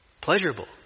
pleasurable